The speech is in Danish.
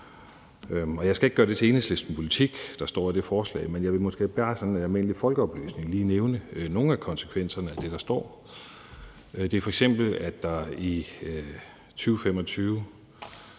jeg skal ikke gøre det, der står i det forslag, til Enhedslistens politik, men jeg vil måske bare sådan som almindelig folkeoplysning lige nævne nogle af konsekvenserne af det, der står der. Det er f.eks., at vi skal